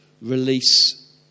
Release